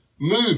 Move